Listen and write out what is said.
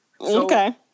Okay